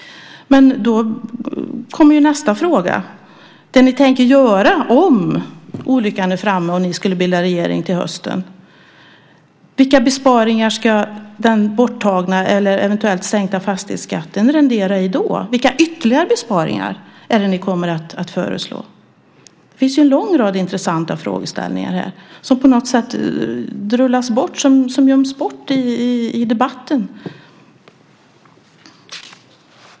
Men då kommer nästa fråga om vad ni tänker göra om olyckan är framme och ni skulle bilda regering till hösten. Vilka besparingar ska ett borttagande eller en eventuell sänkning av fastighetsskatten rendera i? Vilka ytterligare besparingar kommer ni att föreslå? Det finns en lång rad intressanta frågeställningar som göms i debatten.